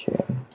Okay